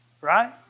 Right